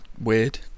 weird